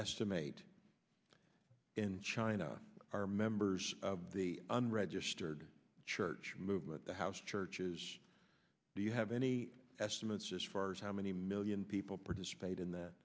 estimate in china are members of the unregistered church movement to house churches do you have any estimates just for how many million people participate in that